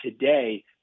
today